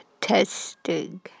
testing